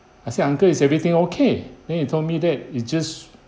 I said uncle is everything okay then he told me that it just